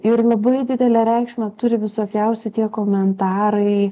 ir labai didelę reikšmę turi visokiausi tie komentarai